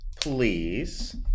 please